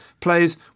plays